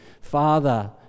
Father